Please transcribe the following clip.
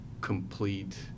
complete